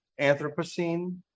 Anthropocene